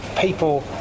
people